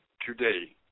today